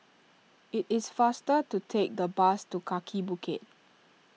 it is faster to take the bus to Kaki Bukit